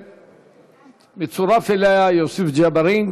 ויצורף אליה יוסף ג'בארין,